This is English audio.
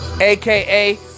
AKA